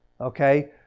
Okay